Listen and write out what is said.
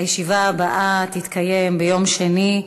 הישיבה הבאה תתקיים ביום שני,